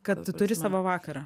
kad tu turi savo vakarą